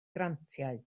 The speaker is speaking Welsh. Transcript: grantiau